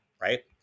right